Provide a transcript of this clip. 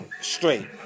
straight